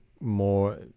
more